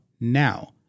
now